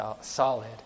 solid